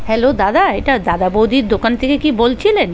hello দাদা এটা দাদা বৌদির দোকান থেকে কি বলছিলেন